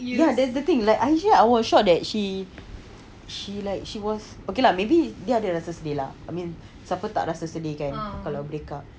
ya that's the thing like actually I was shocked that she she like she was okay lah maybe dia ada rasa sedih lah I mean siapa tak rasa sedih kan kalau break up